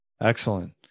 Excellent